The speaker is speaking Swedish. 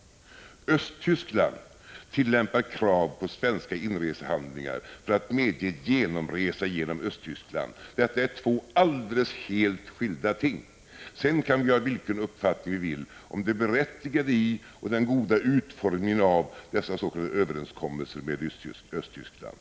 Östtyskland tillämpar krav på svenska inresehandlingar för att medge genomresa genom Östtyskland. Detta är två helt skilda ting. Sedan kan vi ha vilken uppfattning vi vill om det berättigade i och den goda utformningen av dessa s.k. överenskommelser med Östtyskland.